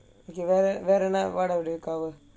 okay வேற வேற என்ன:vera vera enna